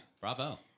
Bravo